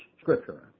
scripture